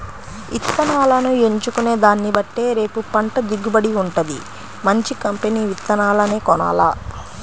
ఇత్తనాలను ఎంచుకునే దాన్నిబట్టే రేపు పంట దిగుబడి వుంటది, మంచి కంపెనీ విత్తనాలనే కొనాల